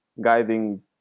guiding